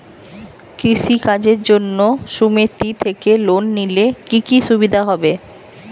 কৃষি কাজের জন্য সুমেতি থেকে লোন নিলে কি কি সুবিধা হবে?